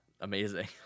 amazing